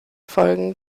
folgen